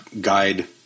guide